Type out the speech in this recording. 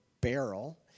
barrel